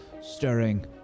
stirring